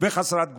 וחסרת גבולות.